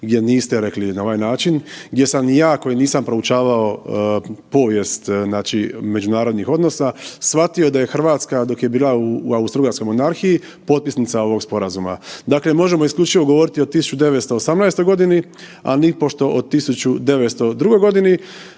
gdje niste rekli na ovaj način, gdje sam jako i nisam proučavao povijest međunarodnih odnosa shvatio da je Hrvatska dok je bila u Austro-Ugarskoj monarhiji potpisnica ovog sporazuma. Dakle, možemo isključivo govoriti o 1918. Godini, a nipošto o 1902. Godini.